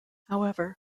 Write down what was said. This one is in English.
however